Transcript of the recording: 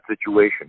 situation